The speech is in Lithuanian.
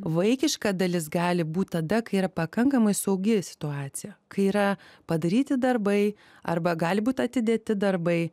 vaikiška dalis gali būt tada kai yra pakankamai saugi situacija kai yra padaryti darbai arba gali būti atidėti darbai